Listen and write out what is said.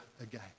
again